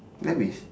dah habis